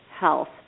health